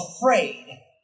afraid